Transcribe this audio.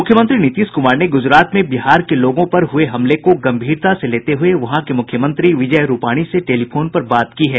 मुख्यमंत्री नीतीश कुमार ने गूजरात में बिहार के लोगों पर हुए हमले को गंभीरता से लेते हुए वहां के मुख्यमंत्री विजय रूपाणी से टेलीफोन पर बात की है